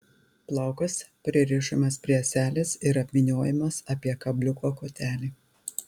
plaukas pririšamas prie ąselės ir apvyniojamas apie kabliuko kotelį